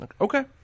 Okay